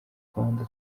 rwanda